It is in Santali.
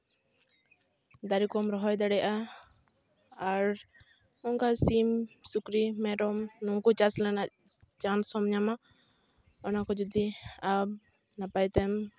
ᱫᱟᱨᱮ ᱠᱚᱢ ᱨᱚᱦᱚᱭ ᱫᱟᱲᱮᱭᱟᱜᱼᱟ ᱟᱨ ᱚᱱᱠᱟ ᱥᱤᱢ ᱥᱩᱠᱨᱤ ᱢᱮᱨᱚᱢ ᱱᱩᱝᱠᱩ ᱪᱟᱥ ᱨᱮᱱᱟᱜ ᱪᱟᱱᱥ ᱦᱚᱸᱢ ᱧᱟᱢᱟ ᱚᱱᱟ ᱠᱚ ᱡᱩᱫᱤ ᱟᱵ ᱱᱟᱯᱟᱭ ᱛᱮᱢ